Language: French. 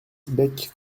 bec